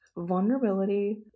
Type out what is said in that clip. vulnerability